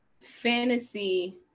fantasy